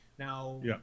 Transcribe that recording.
Now